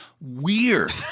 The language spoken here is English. weird